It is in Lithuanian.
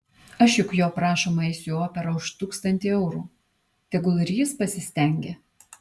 aš juk jo prašoma eisiu į operą už tūkstantį eurų tegu ir jis pasistengia